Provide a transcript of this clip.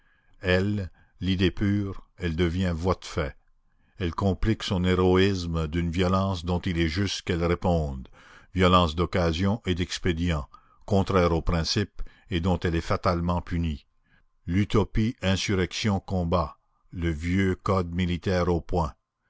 elle l'idée pure elle devient voie de fait elle complique son héroïsme d'une violence dont il est juste qu'elle réponde violence d'occasion et d'expédient contraire aux principes et dont elle est fatalement punie l'utopie insurrection combat le vieux code militaire au poing